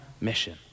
mission